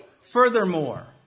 Furthermore